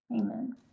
amen